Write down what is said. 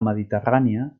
mediterrània